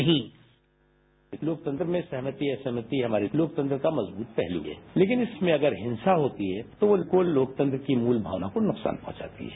sound bite लोकतंत्र में सहमति असहमति हमारे लोकतंत्रत का मजबूत पहलू है लेकिन इसमें अगर हिंसा होती है तो वो लोकतंत्र की मूल भावना को नुकसान पहुंचाती है